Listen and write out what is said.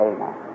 Amen